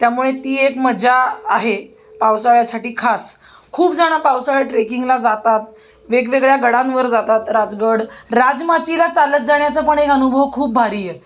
त्यामुळे ती एक मजा आहे पावसाळ्यासाठी खास खूपजणं पावसाळ्यात ट्रेकिंगला जातात वेगवेगळ्या गडांवर जातात राजगड राजमाचीला चालत जाण्याचा पण एक अनुभव खूप भारी आहे